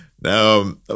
Now